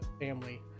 family